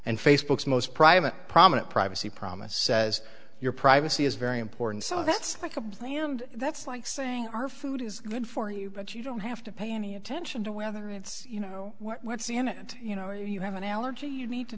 and facebook's most private prominent privacy promise says your privacy is very important so that's like a bland that's like saying our food is good for you but you don't have to pay any attention to whether it's you know what's in it you know or you have an allergy you need to